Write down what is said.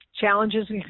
challenges